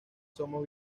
somos